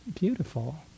beautiful